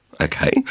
okay